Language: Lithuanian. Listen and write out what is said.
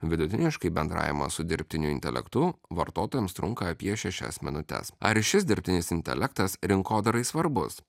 vidutiniškai bendravimas su dirbtiniu intelektu vartotojams trunka apie šešias minutes ar šis dirbtinis intelektas rinkodarai svarbus